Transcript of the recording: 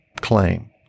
claim